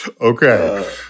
Okay